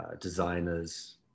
designers